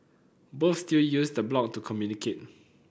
both still use the blog to communicate